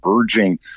urging